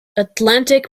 atlantic